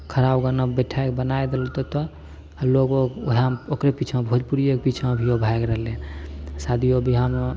खराब गाना बैठाय बनाय देतो आ लोगो ओहएमे ओकरे पीछाँ भोजपुरिए कऽ पीछाँ अभियो भागि रहलै हँ शादियो बिआहमे